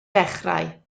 dechrau